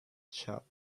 shop